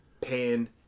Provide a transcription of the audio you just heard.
Pan